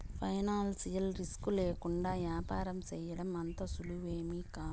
financial risk లేకుండా యాపారం సేయడం అంత సులువేమీకాదు